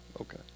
Okay